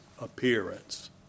appearance